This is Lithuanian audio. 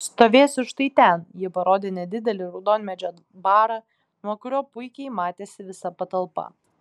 stovėsiu štai ten ji parodė nedidelį raudonmedžio barą nuo kurio puikiai matėsi visa patalpa